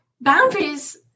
boundaries